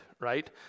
right